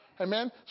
Amen